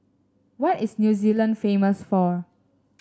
what is New Zealand famous for